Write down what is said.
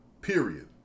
period